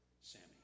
Sammy